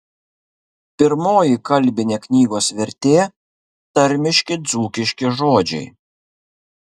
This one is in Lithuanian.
pirmoji kalbinė knygos vertė tarmiški dzūkiški žodžiai